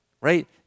right